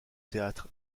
théâtre